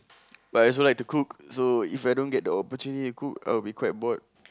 I also like to cook so If I don't get the opportunity to cook I will be quite bored